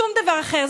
שום דבר אחר.